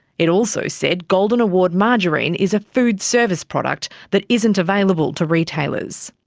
it also said golden award margarine is a food service product that isn't available to retailers.